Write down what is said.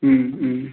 उम उम